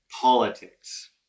politics